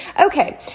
Okay